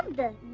the